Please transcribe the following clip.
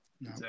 No